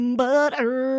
butter